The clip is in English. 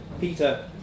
Peter